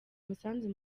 umusanzu